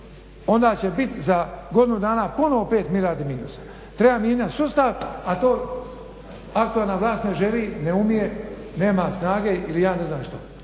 onda će biti za godinu dana ponovno 5 milijardi minusa. Treba mijenjati sustav a to aktualna vlast ne želi ne umije nema snage ili ja ne znam što.